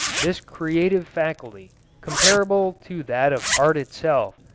this creative faculty, comparable to that of art itself,